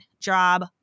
job